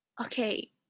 okay